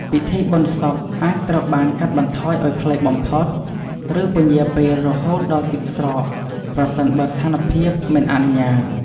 ពិធីបុណ្យសពអាចត្រូវបានកាត់បន្ថយឲ្យខ្លីបំផុត ឬពន្យារពេលរហូតដល់ទឹកស្រក ប្រសិនបើស្ថានភាពមិនអនុញ្ញាត។